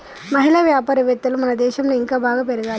మహిళా వ్యాపారవేత్తలు మన దేశంలో ఇంకా బాగా పెరగాలి